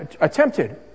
attempted